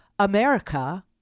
America